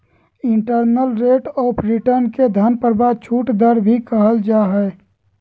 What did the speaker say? internal rate of return के धन प्रवाह छूट दर भी कहल जा हय